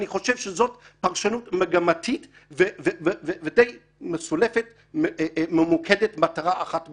אני חשוב שזאת פרשנות מגמתית ודי מסולפת וממוקדת מטרה אחת בלבד.